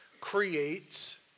creates